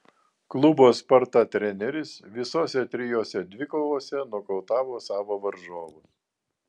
klubo sparta treneris visose trijose dvikovose nokautavo savo varžovus